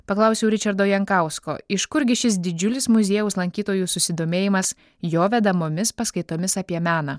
paklausiau ričardo jankausko iš kurgi šis didžiulis muziejaus lankytojų susidomėjimas jo vedamomis paskaitomis apie meną